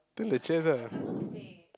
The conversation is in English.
turn the chairs ah